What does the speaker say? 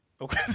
Okay